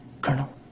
colonel